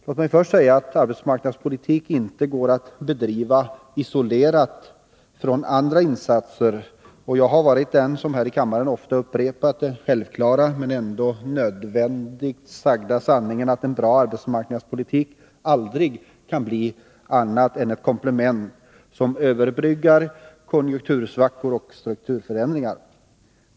Låt mig först säga att arbetsmarknadspolitik inte går att bedriva isolerad från andra insatser. Jag har varit den som här i kammaren ofta upprepat den självklara sanningen, vilken det ändå är nödvändigt att framhålla, att en bra arbetsmarknadspolitik aldrig kan bli något annat än ett komplement som överbryggar konjunktursvackor och strukturförändringar.